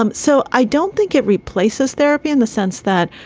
um so i don't think it replaces therapy in the sense that.